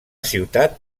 ciutat